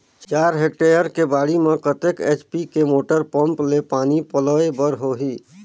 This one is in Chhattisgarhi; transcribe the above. चार हेक्टेयर के बाड़ी म कतेक एच.पी के मोटर पम्म ले पानी पलोय बर होही?